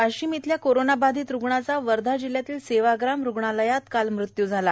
वाशीम इथल्या कोरोनाबाधित रुग्णाचा वर्धा जिल्ह्यातील सेवाग्राम रुग्णालयात काल मृत्यू झाला